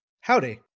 howdy